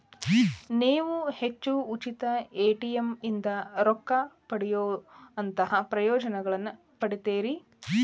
ನೇವು ಹೆಚ್ಚು ಉಚಿತ ಎ.ಟಿ.ಎಂ ಇಂದಾ ರೊಕ್ಕಾ ಹಿಂಪಡೆಯೊಅಂತಹಾ ಪ್ರಯೋಜನಗಳನ್ನ ಪಡಿತೇರಿ